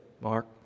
Mark